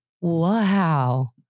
Wow